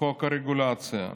חוק הרגולציה.